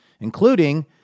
including